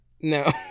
No